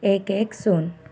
ଏକ ଏକ ଶୂନ୍